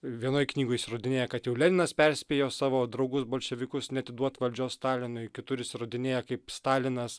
vienoje knygoje jis įrodinėja kad jau leninas perspėjo savo draugus bolševikus neatiduot valdžios stalinui kitur jis įrodinėja kaip stalinas